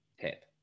tip